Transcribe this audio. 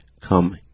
come